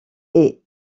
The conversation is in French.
est